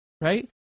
right